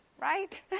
right